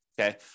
okay